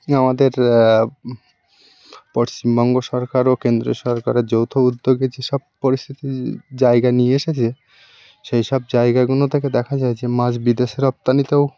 আমাদের পশ্চিমবঙ্গ সরকার ও কেন্দ্রীয় সরকারের যৌথ উদ্যোগে যেসব পরিস্থিতি জায়গা নিয়ে এসেছে সেই সব জায়গাগুনো থেকে দেখা যায় যে মাছ বিদেশে রপ্তানিতেও